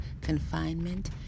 confinement